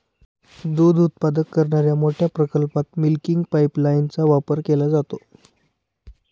दूध उत्पादन करणाऱ्या मोठ्या प्रकल्पात मिल्किंग पाइपलाइनचा वापर केला जातो